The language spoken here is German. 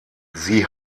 sie